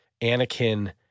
Anakin